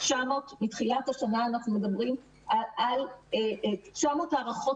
מתחילת השנה אנחנו מדברים על 900 הערכות